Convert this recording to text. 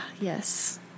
yes